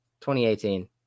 2018